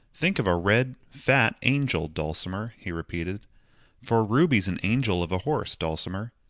think of a red, fat angel, dulcimer! he repeated for ruby's an angel of a horse, dulcimer.